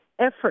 effort